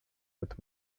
with